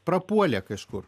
prapuolė kažkur